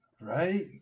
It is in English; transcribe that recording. Right